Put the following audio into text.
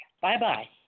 Bye-bye